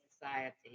society